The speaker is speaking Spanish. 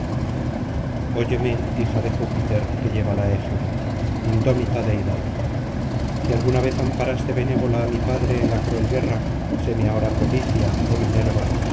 óyeme hija de júpiter que lleva la égida indómita deidadl si alguna vez amparaste benévola á mi padre en la cruel guerra séme ahora propicia oh minerya